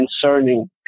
concerning